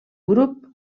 grup